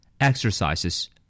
Exercises